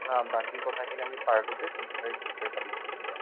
হয় বাকী কথাখিনি আমি পাৰ্কতে খোজকাঢ়ি খোজকাঢ়ি পাতি থাকিম